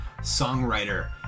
songwriter